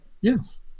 yes